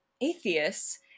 atheists